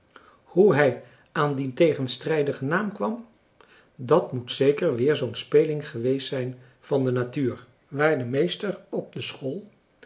hoe hij aan dien tegenstrijdigen naam kwam dat moet zeker weer zoo'n speling geweest zijn van de natuur waar de meester op de school